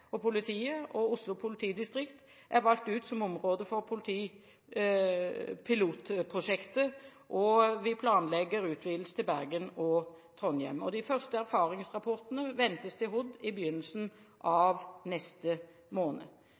og politi. Oslo politidistrikt er valgt ut som område for pilotprosjektet, og vi planlegger utvidelse til Bergen og Trondheim. De første erfaringsrapportene ventes til Helse- og omsorgsdepartementet i begynnelsen av neste måned.